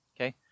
okay